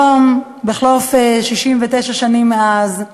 היום, בחלוף 69 שנים מאז,